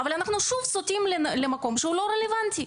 אבל אנחנו שוב סוטים למקום שהוא לא רלוונטי,